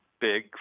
big